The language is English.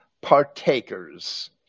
partakers